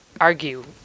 argue